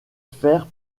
faire